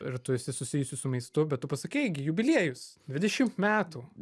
ir tu esi susijusi su maistu bet tu pasakei gi jubiliejus dvidešimt metų